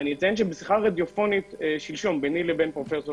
אציין שבשיחה שלשום ביני לבין פרופסור